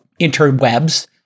interwebs